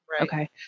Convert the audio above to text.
Okay